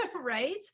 right